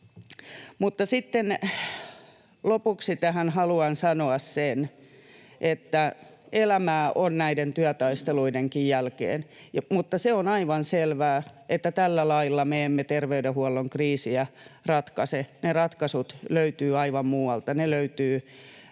otteilla. Lopuksi tähän haluan sanoa sen, että elämää on näiden työtaisteluidenkin jälkeen ja se on aivan selvää, että tällä lailla me emme terveydenhuollon kriisiä ratkaise. Ne ratkaisut löytyvät aivan muualta. Ne löytyvät